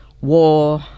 war